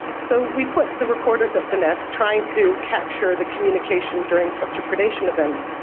so we put the recorders at the nest, trying to capture the communication during such a predation event,